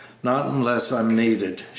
not unless i am needed,